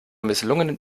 misslungenen